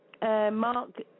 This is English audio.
Mark